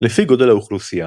לפי גודל האוכלוסייה,